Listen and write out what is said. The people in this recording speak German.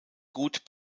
gut